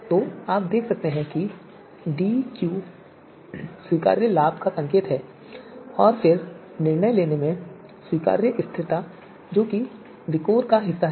तो आप देख सकते हैं कि डीक्यू स्वीकार्य लाभ का संकेत है और फिर निर्णय लेने में स्वीकार्य स्थिरता जो कि विकोर का भी हिस्सा है